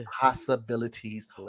possibilities